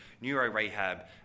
neuro-rehab